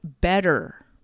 better